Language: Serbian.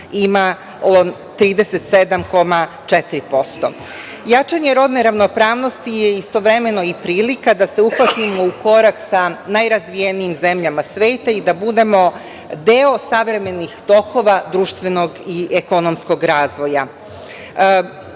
imalo 37,4%. Jačanje rodne ravnopravnosti je istovremeno i prilika da uhvatimo u korak sa najrazvijenijim zemljama sveta i da budemo deo savremenih tokova društvenog i ekonomskog razvoja.